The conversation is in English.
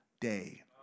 day